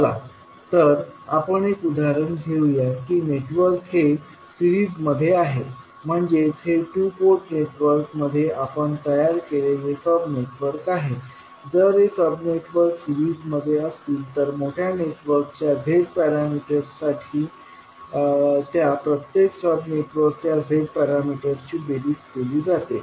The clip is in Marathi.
चला तर आपण एक उदाहरण घेऊया की नेटवर्क हे सिरीजमध्ये आहे म्हणजेच हे टू पोर्ट नेटवर्क मध्ये आपण तयार केलेले सब नेटवर्क आहे जर हे सब नेटवर्क सिरीजमध्ये असतील तर मोठ्या नेटवर्कच्या z पॅरामीटर्स साठी त्या प्रत्येक सब नेटवर्कच्या z पॅरामीटर्सची बेरीज केली जाते